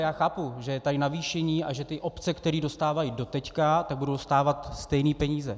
Já chápu, že je tady navýšení a že ty obce, které dostávají doteď, budou dostávat stejné peníze.